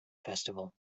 festival